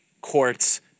courts